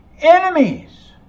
enemies